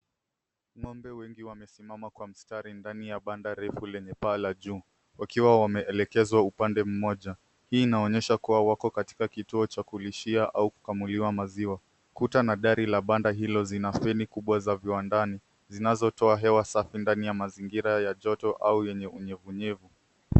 Ng'ombe wengi wamesimama kwa mstari ndani ya banda refu lenye paa la juu wakiwa wameelekezwa upande mmoja. Hii inaonyesha kuwa wako katika kituo cha kulishia au kukamuliwa maziwa. Kuta na dari la banda hilo zina feni kubwa za viwandani zinazotoa hewa safi ndani ya mazingira ya joto au yenye unyevunyevu.